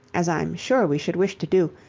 as i am sure we should wish to do,